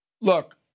Look